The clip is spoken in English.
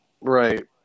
Right